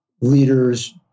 leaders